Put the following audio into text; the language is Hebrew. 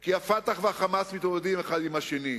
כי ה"פתח" וה"חמאס" מתמודדים אחד עם השני.